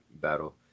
battle